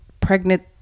pregnant